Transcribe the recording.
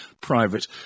private